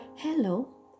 Hello